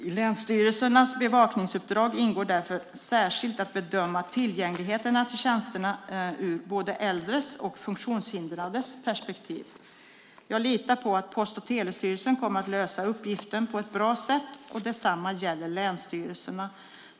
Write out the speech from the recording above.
I länsstyrelsernas bevakningsuppdrag ingår därför särskilt att bedöma tillgängligheten till tjänsterna ur både äldres och funktionshindrades perspektiv. Jag litar på att Post och telestyrelsen kommer att lösa uppgiften på ett bra sätt. Detsamma gäller länsstyrelserna.